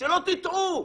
שלא תטעו.